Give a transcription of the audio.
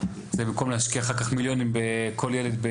זה במקום להשקיע אחר כך מיליונים בכל ילד.